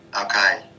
Okay